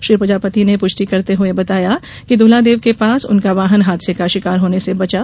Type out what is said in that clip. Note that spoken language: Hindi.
श्री प्रजापति ने पुष्टि करते हुए बताया कि दूल्हादेव के पास उनका वाहन हादसे का शिकार होने से बचा